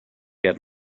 had